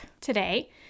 today